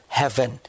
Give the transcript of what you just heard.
heaven